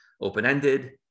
open-ended